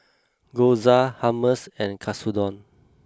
Gyoza Hummus and Katsudon